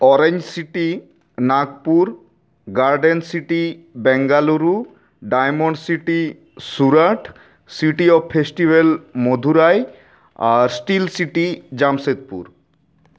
orange city Nagpur garden city Bengaluru diamond city Surat city of festival Madurai ᱟᱨ steel city Jamshedpur